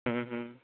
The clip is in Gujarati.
હા હા